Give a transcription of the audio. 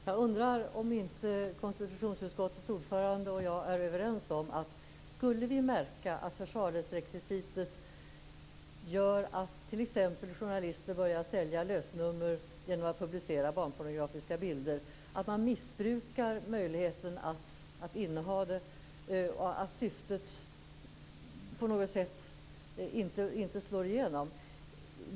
Herr talman! Jag undrar om konstitutionsutskottets ordförande och jag ändå inte är överens om att det behövs en lagskärpning om vi skulle märka att försvarlighetsrekvisitet gör att t.ex. journalister börjar sälja lösnummer och publicera barnpornografiska bilder - att möjligheten till innehav missbrukas och att syftet på något sätt inte slår igenom.